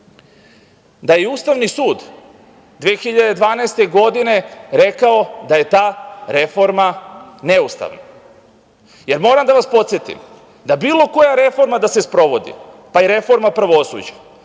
da je Ustavni sud 2012. godine rekao da je ta reforma neustavna. Moram da vas podsetim da bilo koja reforma da se sprovodi, pa i reforma pravosuđa